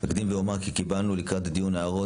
אקדים ואומר, שלקראת הדיון קיבלנו הערות